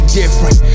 different